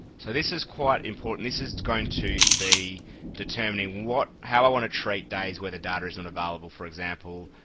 so this is quite important. this is going to be determining what, how i want to treat days when the data isn't available for example,